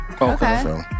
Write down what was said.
Okay